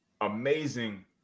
amazing